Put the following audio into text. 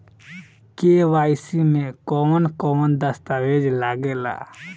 KYC में कवन कवन दस्तावेज लागे ला?